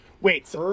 Wait